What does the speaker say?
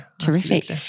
Terrific